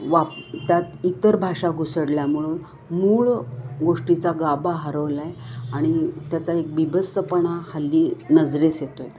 वाप त्यात इतर भाषा घुसडल्यामुळून मूळ गोष्टीचा गाभा हरवला आहे आणि त्याचा एक बिभत्सपणा हल्ली नजरेस येत आहे